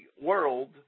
world